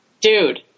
Dude